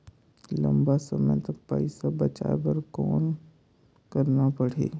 लंबा समय तक पइसा बचाये बर कौन करना पड़ही?